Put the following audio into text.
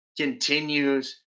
continues